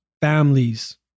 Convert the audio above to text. families